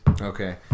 okay